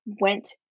went